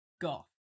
Goth